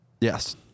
Yes